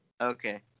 Okay